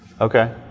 Okay